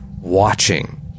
watching